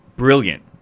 Brilliant